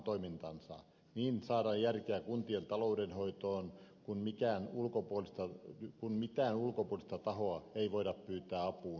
niin saadaan järkeä kuntien taloudenhoitoon kun mitään ulkopuolista tahoa ei voida pyytää apuun